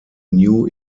new